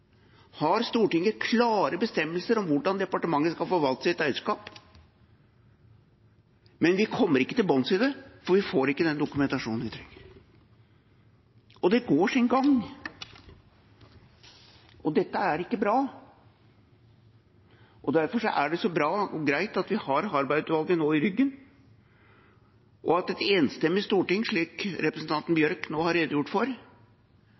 har Stortinget klare bestemmelser om hvordan departementet skal forvalte sitt eierskap, men vi kommer ikke til bunns i det, for vi får ikke den dokumentasjonen vi trenger. Og det går sin gang. Dette er ikke bra, og derfor er det så bra og greit at vi nå har Harberg-utvalget i ryggen, og at et enstemmig storting, slik representanten Bjørke nå har redegjort for,